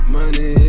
Money